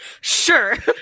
Sure